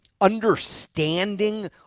understanding